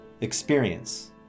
experience